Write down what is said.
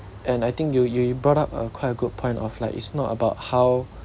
and I think you you you brought up a quite a good point of like is not about how